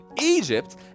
Egypt